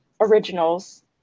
originals